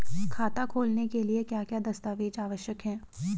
खाता खोलने के लिए क्या क्या दस्तावेज़ आवश्यक हैं?